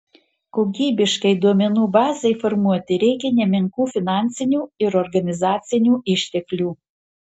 kokybiškai duomenų bazei formuoti reikia nemenkų finansinių ir organizacinių išteklių